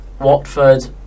Watford